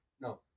No